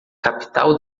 capital